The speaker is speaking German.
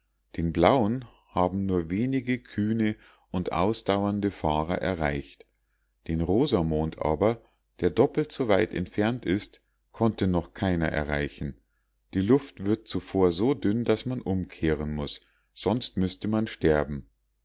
den blauen haben nur wenige kühne und ausdauernde fahrer erreicht den rosa mond aber der doppelt so weit entfernt ist konnte noch keiner erreichen die luft wird zuvor so dünn daß man umkehren muß sonst müßte man sterben